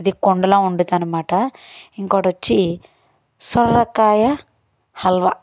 అది కుండలో వండుతాను ఇంకోటి వచ్చి సొరకాయ హల్వా